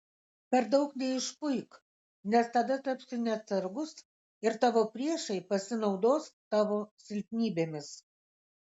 per daug neišpuik nes tada tapsi neatsargus ir tavo priešai pasinaudos tavo silpnybėmis